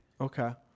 Okay